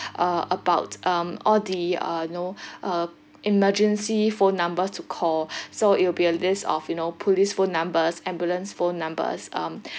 uh about um all the uh you know uh emergency phone numbers to call so it'll be a list of you know police phone numbers ambulance phone numbers um